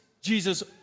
Jesus